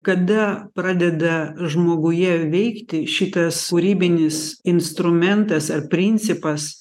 kada pradeda žmoguje veikti šitas kūrybinis instrumentas ar principas